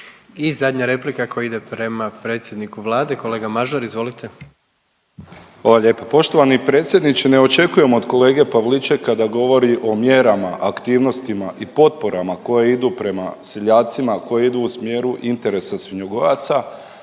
I zadnja replika koja ide prema predsjedniku Vlade, kolega Mažar, izvolite. **Mažar, Nikola (HDZ)** Hvala lijepo. Poštovani predsjedniče ne očekujem od kolege Pavličeka da govori o mjerama, aktivnostima i potporama koje idu prema seljacima, a koja idu u smjeru interesa svinjogojaca,